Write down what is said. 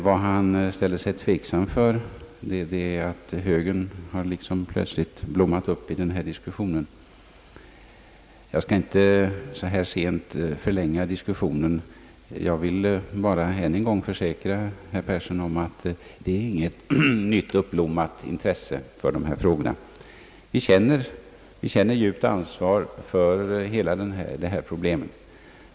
Vad herr Persson ställde sig tveksam inför var att högern plötsligt skulle ha »blommat upp» i denna diskussion. Jag skall inte vid denna sena tidpunkt förlänga diskussionen. Jag vill bara än en gång försäkra herr Persson, att det inte är fråga om något nyligen uppblommat intresse för dessa frågor. Vi känner ett djupt ansvar för hela detta problem.